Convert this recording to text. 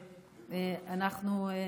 ואנחנו,